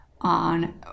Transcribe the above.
on